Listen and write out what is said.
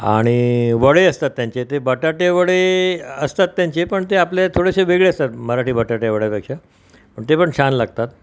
आणि वडे असतात त्यांचे ते बटाटेवडे असतात त्यांचे पण ते आपल्या थोडेसे वेगळे असतात मराठी बटाट्यावड्यापेक्षा पण ते पण छान लागतात